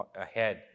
ahead